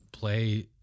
play